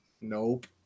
Nope